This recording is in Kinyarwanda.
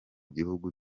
gihugu